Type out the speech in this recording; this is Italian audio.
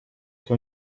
che